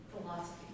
philosophy